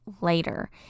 later